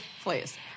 Please